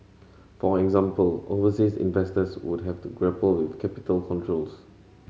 for example overseas investors would have to grapple with capital controls